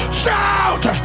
shout